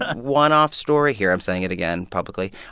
a and one-off story here, i'm saying it again publicly.